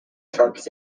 sharks